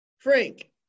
Frank